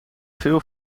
veel